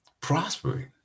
prospering